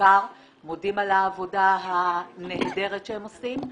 היקר ומודים על העבודה הנהדרת שהם עושים,